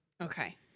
Okay